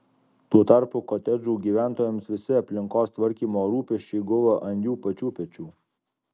tuo tarpu kotedžų gyventojams visi aplinkos tvarkymo rūpesčiai gula ant jų pačių pečių